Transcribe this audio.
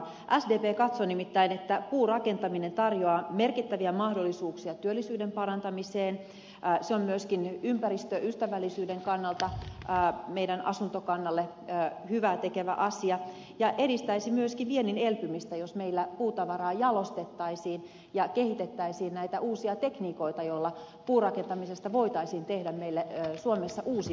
sdp katsoo nimittäin että puurakentaminen tarjoaa merkittäviä mahdollisuuksia työllisyyden parantamiseen se on myöskin ympäristöystävällisyyden kannalta meidän asuntokannallemme hyvää tekevä asia ja edistäisi myöskin viennin elpymistä jos meillä puutavaraa jalostettaisiin ja kehitettäisiin näitä uusia tekniikoita joilla puurakentamisesta voitaisiin tehdä meille suomessa uusi vientituote